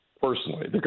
Personally